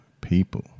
people